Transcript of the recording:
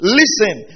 listen